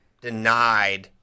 denied